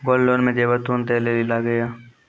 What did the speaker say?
Gold loan मे जेबर तुरंत दै लेली लागेया?